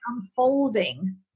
unfolding